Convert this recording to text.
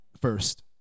first